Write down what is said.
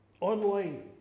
online